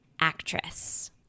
Actress